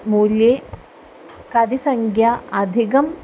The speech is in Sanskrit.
मूल्ये कति संख्या अधिकम्